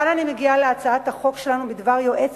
כאן אני מגיעה להצעת החוק שלנו בדבר יועץ